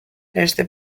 este